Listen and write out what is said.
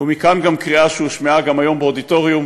ומכאן גם קריאה שהושמעה גם היום באודיטוריום,